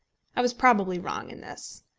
i was probably wrong in this.